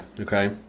Okay